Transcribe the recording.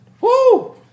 Woo